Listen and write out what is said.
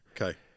Okay